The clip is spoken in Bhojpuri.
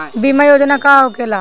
बीमा योजना का होखे ला?